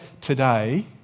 today